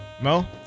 Mo